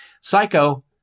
Psycho